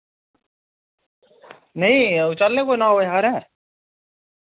नेईं चलने कोई नौ बजे हारै